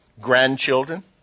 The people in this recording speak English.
grandchildren